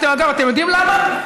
אתם יודעים למה?